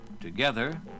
together